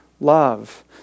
love